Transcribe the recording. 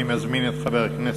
אני מזמין את חבר הכנסת